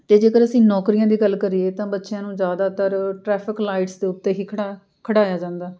ਅਤੇ ਜੇਕਰ ਅਸੀਂ ਨੌਕਰੀਆਂ ਦੀ ਗੱਲ ਕਰੀਏ ਤਾਂ ਬੱਚਿਆਂ ਨੂੰ ਜ਼ਿਆਦਾਤਰ ਟ੍ਰੈਫਿਕ ਲਾਈਟਸ ਦੇ ਉੱਤੇ ਹੀ ਖੜ੍ਹਾ ਖੜ੍ਹਾਇਆ ਜਾਂਦਾ